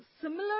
similar